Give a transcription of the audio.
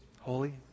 Holy